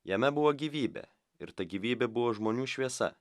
jame buvo gyvybė ir ta gyvybė buvo žmonių šviesa